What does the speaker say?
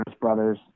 Brothers